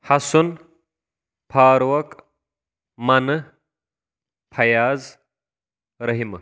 حَسُن فاروق مَنہٕ فیاض رٔحِمہٕ